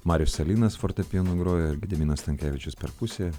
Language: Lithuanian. marius salynas fortepijonu groja gediminas stankevičius perkusija